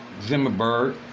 Zimmerberg